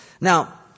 Now